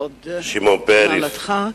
הוד מעלתך,